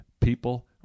people